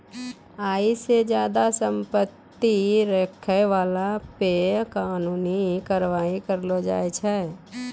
आय से ज्यादा संपत्ति रखै बाला पे कानूनी कारबाइ करलो जाय छै